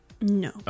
No